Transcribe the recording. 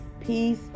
peace